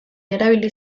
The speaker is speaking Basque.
erabili